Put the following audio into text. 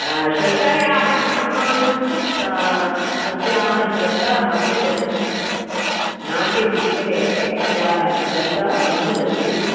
हा श्रद्धायाः नामानुरूपं सा तस्याः श्रद्धा सम्यगस्ति नाट्यशिक्षणे तस्याः श्रद्धा सम्यगस्ति